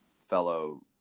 fellow